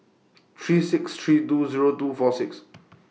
three six three two Zero two four six